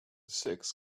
six